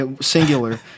singular